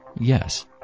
Yes